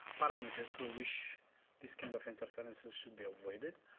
parameters through which these kind of interferences should be avoided.